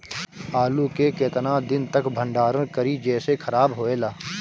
आलू के केतना दिन तक भंडारण करी जेसे खराब होएला?